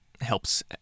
helps